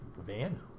Van